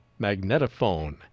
Magnetophone